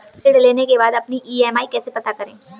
ऋण लेने के बाद अपनी ई.एम.आई कैसे पता करें?